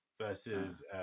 Versus